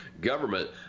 government